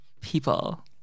people